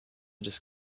just